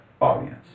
audience